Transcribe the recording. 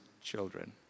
children